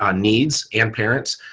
ah needs and parents.